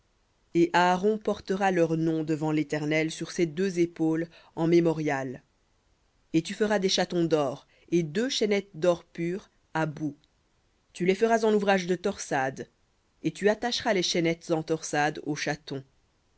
et aaron portera leurs noms devant l'éternel sur ses deux épaules en mémorial et tu feras des chatons dor et deux chaînettes d'or pur à bouts tu les feras en ouvrage de torsade et tu attacheras les chaînettes en torsade aux chatons